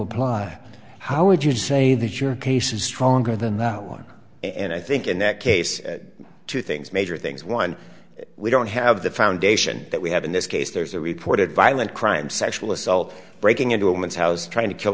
apply how would you say that your case is stronger than the one and i think in that case two things major things one we don't have the foundation that we have in this case there's a reported violent crime sexual assault breaking into a woman's house trying to kill